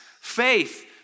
faith